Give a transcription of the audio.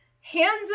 Hands